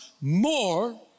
more